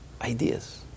ideas